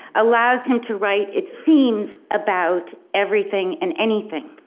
allows him to write it seems about everything and anything.